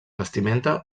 vestimenta